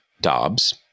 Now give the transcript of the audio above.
Dobbs